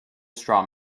straw